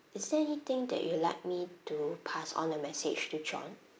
ya is there anything that you would like me to pass on a message to john